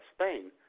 Spain